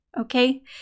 Okay